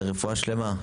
אלא רפואה שלמה,